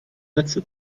netze